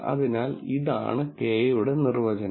അതിനാൽ ഇതാണ് Κ യുടെ നിർവചനം